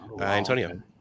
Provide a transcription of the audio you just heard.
Antonio